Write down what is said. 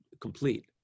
complete